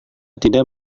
tidak